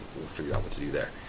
figure out what to do there.